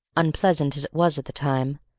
unpleasant as it was at the time,